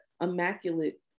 immaculate